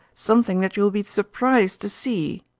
something that you will be surprised to see.